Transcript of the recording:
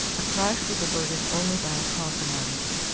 a crash was averted only by a compromise.